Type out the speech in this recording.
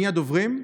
מי הדוברים?